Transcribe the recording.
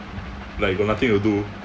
like got nothing to do